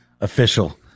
Official